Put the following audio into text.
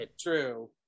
true